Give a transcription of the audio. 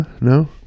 No